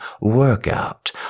workout